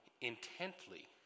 intently